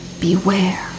beware